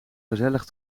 gezellig